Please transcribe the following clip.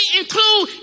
include